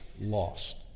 lost